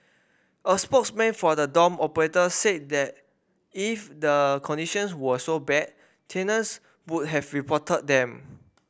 a spokesman for the dorm operator said that if the conditions were so bad tenants would have reported them